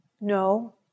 No